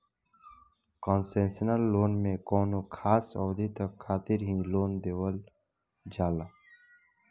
concessional loan में कौनो खास अवधि तक खातिर ही लोन देवल जाला